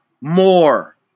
more